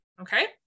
okay